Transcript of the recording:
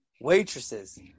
waitresses